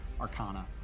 arcana